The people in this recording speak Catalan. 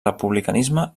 republicanisme